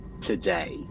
today